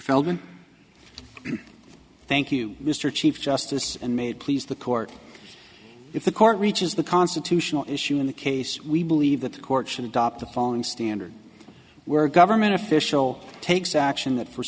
feldman thank you mr chief justice and may please the court if the court reaches the constitutional issue in the case we believe that the court should adopt the following standard where a government official takes action that for